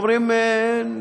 איך אומרים,